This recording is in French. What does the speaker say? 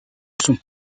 sont